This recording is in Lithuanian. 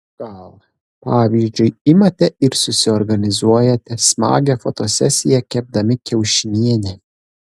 gal pavyzdžiui imate ir susiorganizuojate smagią fotosesiją kepdami kiaušinienę